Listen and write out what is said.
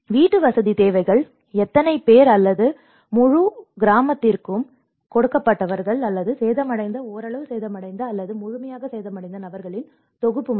வீட்டுவசதி தேவைகள் எத்தனை பேர் அல்லது முழு கிராமத்திற்கும் கொடுக்கப்பட்டவர்கள் அல்லது சேதமடைந்த ஓரளவு சேதமடைந்த அல்லது முழுமையாக சேதமடைந்த நபர்களின் தொகுப்பு மட்டுமே